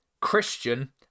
Christian